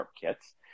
kits